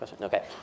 Okay